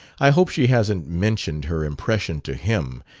i hope she hasn't mentioned her impression to him!